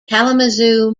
kalamazoo